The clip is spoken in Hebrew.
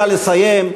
נא לסיים.